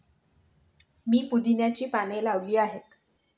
मी पुदिन्याची पाने लावली आहेत